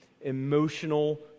emotional